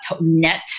net